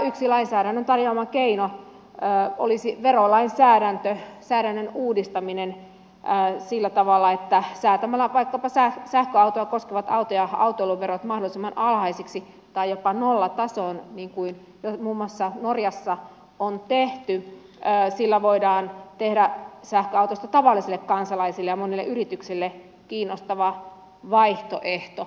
yksi lainsäädännön tarjoama keino olisi verolainsäädännön uudistaminen sillä tavalla että säätämällä vaikkapa sähköautoa koskevat auto ja autoiluverot mahdollisimman alhaisiksi tai jopa nollatasoon niin kuin muun muassa norjassa on tehty voidaan tehdä sähköautosta tavallisille kansalaisille ja monelle yritykselle kiinnostava vaihtoehto